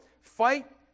fight